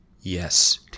yes